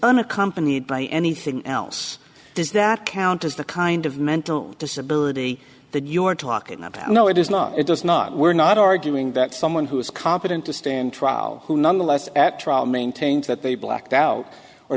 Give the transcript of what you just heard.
unaccompanied by anything else does that count as the kind of mental disability that you're talking about you know it is not it does not we're not arguing that someone who is competent to stand trial who nonetheless at trial maintains that they blacked out or